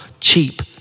cheap